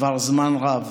כבר זמן רב.